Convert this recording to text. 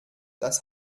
das